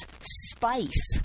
Spice